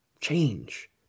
change